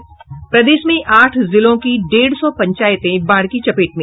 और प्रदेश में आठ जिलों की डेढ़ सौ पंचायतें बाढ़ की चपेट में